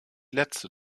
letzte